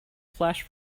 flash